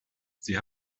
sie